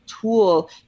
tool